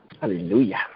Hallelujah